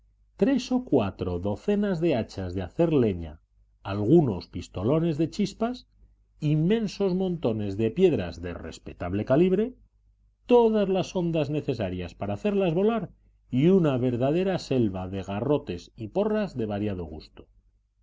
tres o cuatro docenas de hachas de hacer leña algunos pistolones de chispas inmensos montones de piedras de respetable calibre todas las hondas necesarias para hacerlas volar y una verdadera selva de garrotes y porras de variado gusto